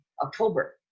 October